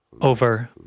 over